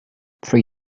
three